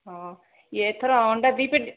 ହେଉ ଏଥର ଅଣ୍ଡା ଦି ପ୍ୟାକ